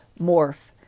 morph